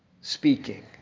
speaking